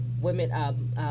women